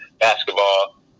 basketball